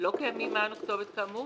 לא קיימים מען או כתובת כאמור,